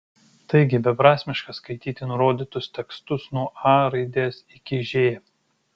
taigi beprasmiška skaityti nurodytus tekstus nuo a raidės iki ž